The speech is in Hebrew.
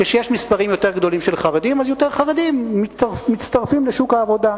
כשיש מספרים יותר גדולים של חרדים אז יותר חרדים מצטרפים לשוק העבודה,